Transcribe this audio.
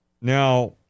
Now